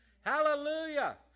Hallelujah